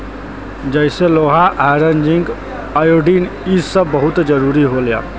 जइसे लोहा iron zinc iodine इ सब बहुत जरूरी होला